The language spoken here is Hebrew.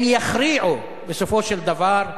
אם יכריעו, בסופו של דבר,